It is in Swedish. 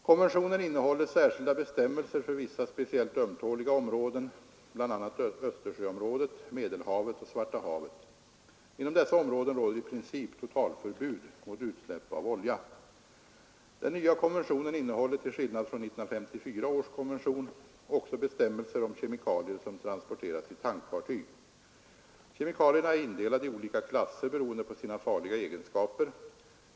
Konventionen innehåller särskilda bestämmelser för vissa speciellt ömtåliga områden, bl.a. Östersjöområdet, Medelhavet och Svarta havet. Inom dessa områden råder i princip totalförbud mot utsläpp av olja. 'Den nya konventionen innehåller — till skillnad från 1954 års konvention — också bestämmelser om kemikalier som transporteras i tankfartyg. Kemikalierna är indelade i olika klasser beroende på sina farliga egenskaper.